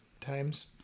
Times